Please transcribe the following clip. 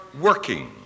Working